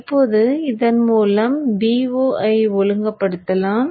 இப்போது இதன் மூலம் Vo ஐ ஒழுங்குபடுத்தலாம்